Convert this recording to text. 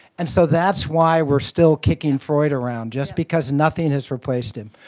and so that's why we're still kicking freud around, just because nothing has replaced him.